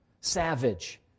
savage